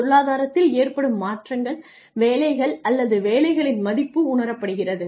பொருளாதாரத்தில் ஏற்படும் மாற்றங்கள் வேலைகள் அல்லது வேலைகளின் மதிப்பு உணரப்படுகிறது